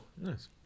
Nice